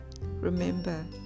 remember